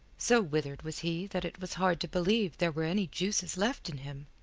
so withered was he that it was hard to believe there were any juices left in him,